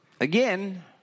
again